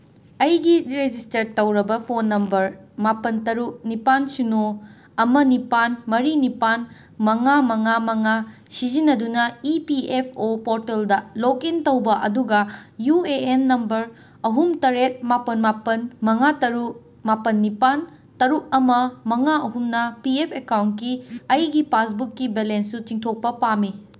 ꯑꯩꯒꯤ ꯔꯦꯖꯤꯁꯇꯔ ꯇꯧꯔꯕ phone number ꯃꯥꯄꯟ ꯇꯔꯨꯛ ꯅꯤꯄꯥꯟ ꯁꯤꯅꯣ ꯑꯃ ꯅꯤꯄꯥꯟ ꯃꯔꯤ ꯅꯤꯄꯥꯟ ꯃꯉꯥ ꯃꯉꯥ ꯃꯉꯥ ꯁꯤꯖꯤꯟꯅꯗꯨꯅ ꯏ ꯄꯤ ꯑꯦꯐ ꯑꯣ ꯄꯣꯔꯇꯦꯜꯗ ꯂꯣꯛ ꯏꯟ ꯇꯧꯕ ꯑꯗꯨꯒ ꯌꯨ ꯑꯦ ꯑꯦꯟ ꯅꯝꯕꯔ ꯑꯍꯨꯝ ꯇꯔꯦꯠ ꯃꯥꯄꯟ ꯃꯥꯄꯟ ꯃꯉꯥ ꯇꯔꯨꯛ ꯃꯥꯄꯟ ꯅꯤꯄꯥꯟ ꯇꯔꯨꯛ ꯑꯃ ꯃꯉꯥ ꯑꯍꯨꯝꯅ ꯄꯤ ꯑꯦꯐ ꯑꯦꯀꯥꯎꯟꯀꯤ ꯑꯩꯒꯤ ꯄꯥꯁꯕꯨꯛꯀꯤ ꯕꯦꯂꯦꯟꯁꯇꯨ ꯆꯤꯡꯊꯣꯛꯄ ꯄꯥꯝꯃꯤ